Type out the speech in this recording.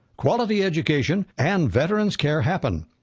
quality education and veterans care happen.